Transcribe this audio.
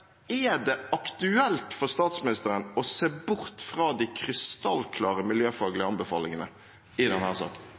Er det aktuelt for statsministeren å se bort fra de krystallklare miljøfaglige anbefalingene i denne saken?